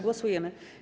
Głosujemy.